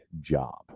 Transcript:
job